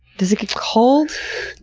does it get cold?